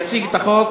יציג את החוק